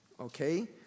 Okay